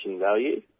value